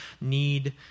need